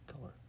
color